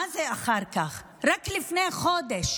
מה זה אחר כך, רק לפני חודש.